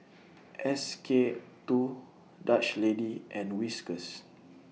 S K two Dutch Lady and Whiskas